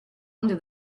under